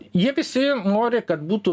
jie visi nori kad būtų